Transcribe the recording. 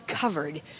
covered